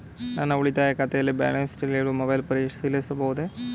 ನನ್ನ ಉಳಿತಾಯ ಖಾತೆಯಲ್ಲಿ ಬ್ಯಾಲೆನ್ಸ ತಿಳಿಯಲು ಮೊಬೈಲ್ ಪರಿಶೀಲಿಸಬಹುದೇ?